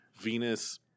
Venus